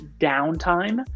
downtime